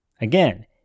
again